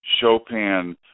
Chopin